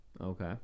okay